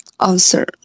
answer